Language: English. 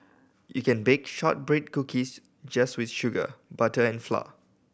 you can bake shortbread cookies just with sugar butter and flour